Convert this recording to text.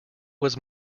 was